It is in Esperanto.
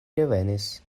revenis